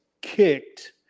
kicked